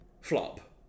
flop